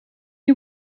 you